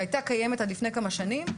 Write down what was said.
שהייתה קיימת עד לפני כמה שנים.